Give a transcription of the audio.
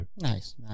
nice